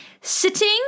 sitting